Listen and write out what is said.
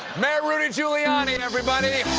mayor rudy giuliani, everybody!